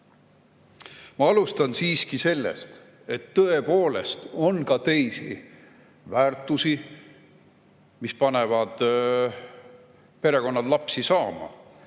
Ma alustan siiski sellest, et tõepoolest on ka teisi väärtusi, mis panevad perekondi lapsi saama,